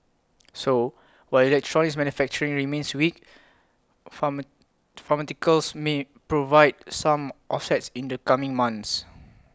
so while electronics manufacturing remains weak farmer pharmaceuticals may provide some offset in the coming months